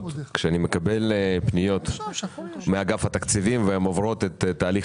כשאני מקבל פניות מאגף התקציבים והן עוברות את תהליך